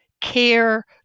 care